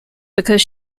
because